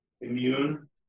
immune